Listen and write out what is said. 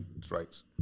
strikes